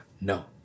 No